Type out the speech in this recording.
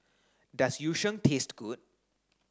does Yu Sheng taste good